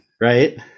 Right